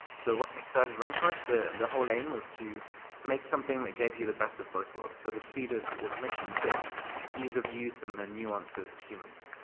so when we started rainforest, the the whole aim was to make something that gave you the best of both worlds. so the speed of automation, but the ease of use and the nuance of humans.